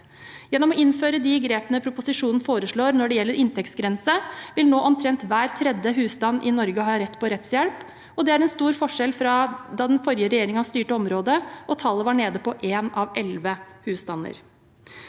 Gjennom å innføre de grepene proposisjonen foreslår når det gjelder inntektsgrense, vil nå omtrent hver tredje husstand i Norge ha rett på rettshjelp, og det er en stor forskjell fra da den forrige regjeringen styrte området og tallet var nede på én av elleve husstander.